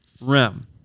Rem